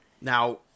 Now